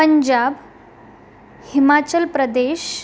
Punjab Himachal Pradesh